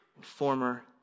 former